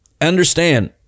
understand